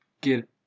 get